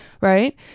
Right